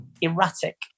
erratic